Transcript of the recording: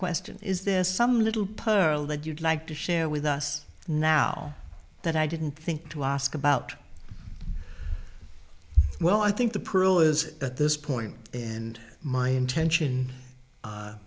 question is there some little pearl that you'd like to share with us now that i didn't think to ask about well i think the pearl is at this point and my intention